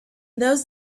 those